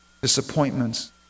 disappointments